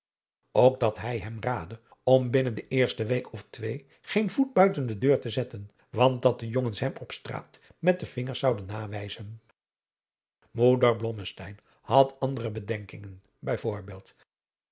ook dat hij hem raadde om binnen de eerste week of twee geen voet buiten de deur te zetten want dat de jongens hem op straat met de vingers zouden nawijzen moeder blommesteyn had andere bedenkingen